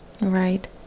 Right